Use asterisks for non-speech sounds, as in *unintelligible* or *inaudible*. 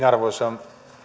*unintelligible* arvoisa